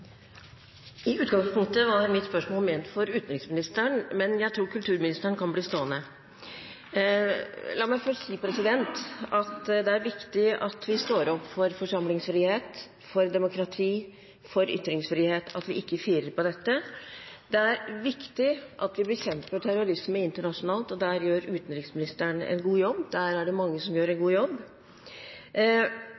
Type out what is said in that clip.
I utgangspunktet var mitt spørsmål ment for utenriksministeren, men jeg tror kulturministeren kan bli stående. La meg først si at det er viktig at vi står opp for forsamlingsfrihet, for demokrati, for ytringsfrihet, at vi ikke firer på dette. Det er viktig at vi bekjemper terrorisme internasjonalt, og der gjør utenriksministeren en god jobb, der er det mange som gjør en god jobb.